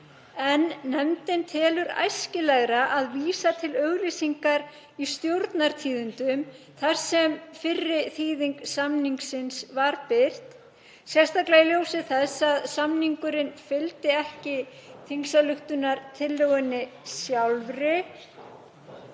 en nefndin telur æskilegra að vísa til auglýsingar í Stjórnartíðindum þar sem fyrri þýðing samningsins var birt, sérstaklega í ljósi þess að samningurinn fylgdi ekki þingsályktunartillögunni sjálfri,